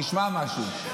תשמע משהו.